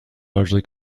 largely